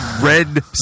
red